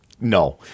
No